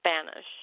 Spanish